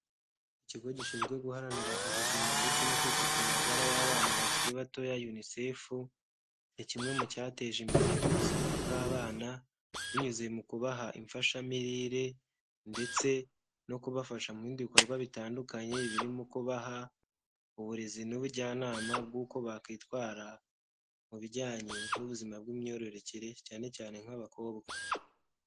Ikigo gishinzwe guharanira ubuzima ndetse no kwita ku magara y'abana bakiri batoya Unicef, ni kimwe mu cyateje imbere ubuzima bw'abana binyuze mu kubaha imfashamirire, ndetse no kubafasha mu bindi bikorwa bitandukanye birimo kubaha uburezi n'ubujyanama bw'uko bakwitwara mu bijyanye n'ubuzima bw'imyororokere, cyane cyane nk'abakobwa.